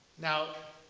now